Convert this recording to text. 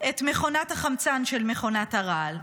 את מכונת החמצן של מכונת הרעל.